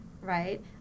right